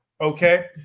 okay